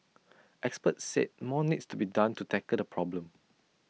experts said more needs to be done to tackle the problem